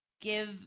give